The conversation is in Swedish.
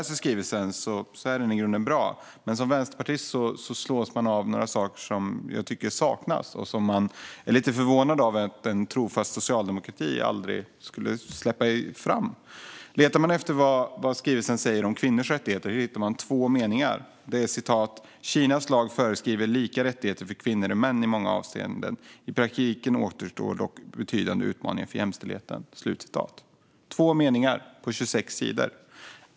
Skrivelsen är i grunden bra, men som vänsterpartist slås jag av att jag saknar några saker. Jag är lite förvånad, eftersom det är sådant som jag tänkte att en trofast socialdemokrati aldrig skulle släppa. Letar man efter vad skrivelsen säger om kvinnors rättigheter hittar man två meningar: "Kinesisk lag föreskriver lika rättigheter för kvinnor och män i många avseenden. I praktiken återstår dock betydande utmaningar för jämställdheten." Det är två meningar på 21 sidor.